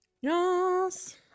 Yes